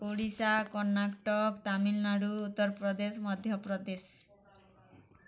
Odisha Karnataka Tamil Nadu Uttar Pradesh Madhya Pradesh